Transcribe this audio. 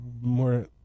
more